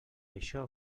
això